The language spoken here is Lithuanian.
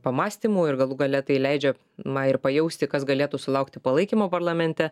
pamąstymų ir galų gale tai leidžia na ir pajausti kas galėtų sulaukti palaikymo parlamente